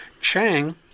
Chang